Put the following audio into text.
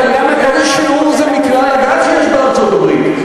אבל איזה שיעור זה מכלל הגז שיש בארצות-הברית?